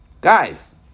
guys